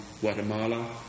Guatemala